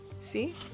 See